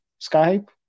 Skype